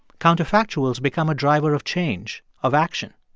counterfactuals become a driver of change, of action.